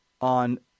on